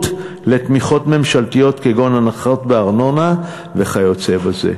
לתמיכות ממשלתיות כגון הנחות בארנונה וכיוצא בזה.